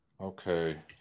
Okay